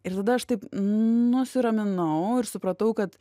ir tada aš taip nusiraminau ir supratau kad